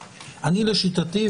לשיטתי,